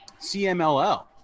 CMLL